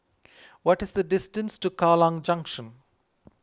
what is the distance to Kallang Junction